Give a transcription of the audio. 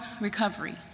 recovery